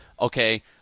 okay